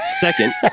Second